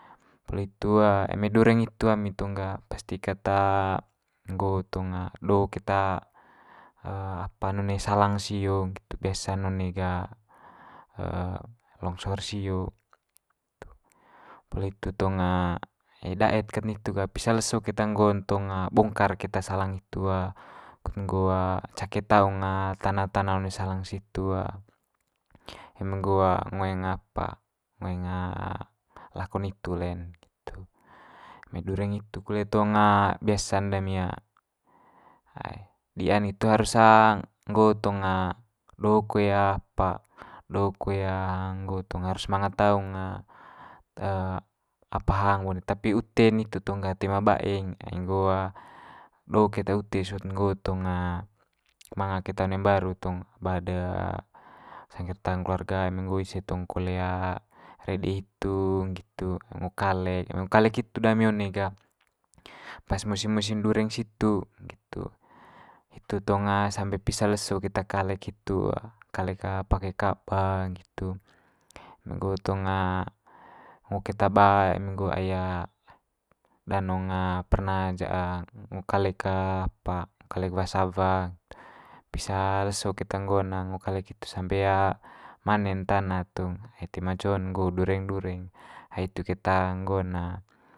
Poli hitu eme dureng hitu ami tong ga pasti kat nggo tong do keta apa'n one salang sio, nggitu. Biasa'n one ga longsor sio, poli hitu tong daet kat nitu ga pisa leso keta nggo'n tong bongkar keta salang hitu kut nggo cake taung tana tana one salang situ eme nggo ngoeng apa ngoeng lako nitu le'n, itu. Eme dureng hitu kole tong biasa'n dami dia'n hitu harus nggo tong do koe apa do koe nggo tong harus manga taung apa hang tapi ute nitu tong ga toe ma baeng ai nggo do keta ute sot nggo tong manga keta one mbaru tong ba de sangge'r taung keluarga eme nggo ise tong kole rede hitu nggitu ngo kalek, eme ngo kalek hitu dami one ga pas musim musim dureng situ nggitu. Hitu tong sampe pisa leso keta kalek hitu kalek pake kaba nggitu. Eme nggo tong ngo keta ba eme nggo ai danong perna ajak ngo kalek apa kalek wa sawa pisa leso keta nggo'n kalek hitu sampe mane'n tana tong toe ma co'n nggo dureng dureng, ai hitu keta nggo'n.